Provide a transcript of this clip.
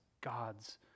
gods